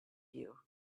you